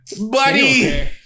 Buddy